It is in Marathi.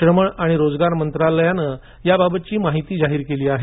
श्रम आणि रोजगार मंत्रालयानं याबाबतची माहिती जाहीर केली आहे